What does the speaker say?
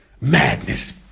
madness